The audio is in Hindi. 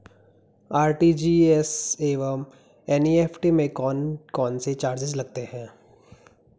आर.टी.जी.एस एवं एन.ई.एफ.टी में कौन कौनसे चार्ज लगते हैं?